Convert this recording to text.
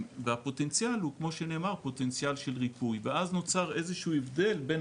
והפוטנציאל כמו שנאמר הוא פוטנציאל של ריפוי ואז נוצר הבדל בין